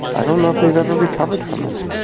i don't know if they've ever recovered from it.